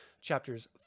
Chapters